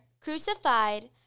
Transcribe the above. crucified